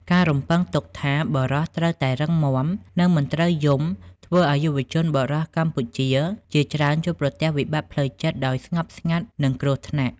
ការរំពឹងទុកថាបុរសត្រូវតែរឹងមាំ និងមិនត្រូវយំ ធ្វើឱ្យយុវជនបុរសកម្ពុជាជាច្រើនជួបប្រទះវិបត្តិផ្លូវចិត្តដោយស្ងប់ស្ងាត់ និងគ្រោះថ្នាក់។